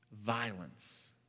violence